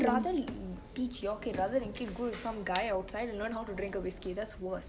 rather teach your kid rather than your kid go with some guy outside and learn how to drink a whisky that's worse